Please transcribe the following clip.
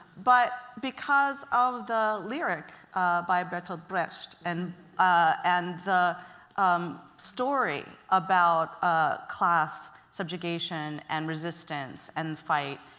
but because of the lyric by bertolt brecht and and the um story about ah class subjugation, and resistance, and fight,